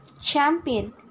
champion